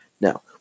Now